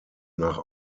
nach